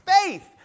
faith